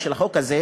בחוק הזה,